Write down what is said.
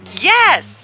Yes